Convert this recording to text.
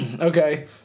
Okay